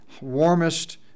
warmest